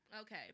Okay